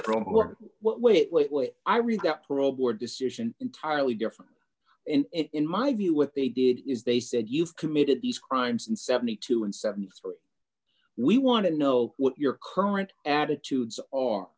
well wait wait wait i read that parole board decision entirely different in my view what they did is they said you've committed these crimes in seventy two and seventy three we want to know what your current attitudes